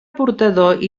portador